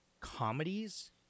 comedies